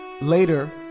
Later